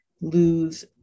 lose